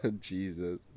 Jesus